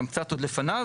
גם קצת עוד לפניו,